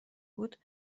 بود